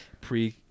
pre